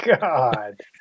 God